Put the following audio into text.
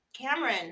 Cameron